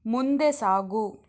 ಮುಂದೆ ಸಾಗು